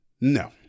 No